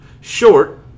Short